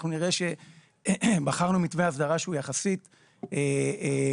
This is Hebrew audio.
אנחנו נראה שבחרנו מתווה הסדרה שהוא יחסית מקל